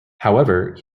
however